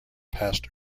past